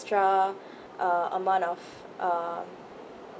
extra uh amount of um